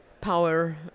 power